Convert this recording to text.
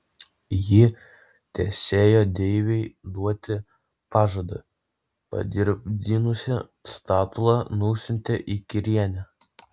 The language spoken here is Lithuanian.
ji tesėjo deivei duotą pažadą padirbdinusi statulą nusiuntė į kirėnę